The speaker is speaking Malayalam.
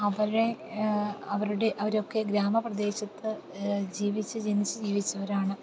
അവരെ അവരുടെ അവരൊക്കെ ഗ്രാമപ്രദേശത്ത് ജീവിച്ചു ജനിച്ച് ജീവിച്ചവരാണ്